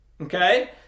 Okay